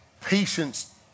patience